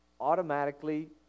automatically